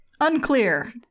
Unclear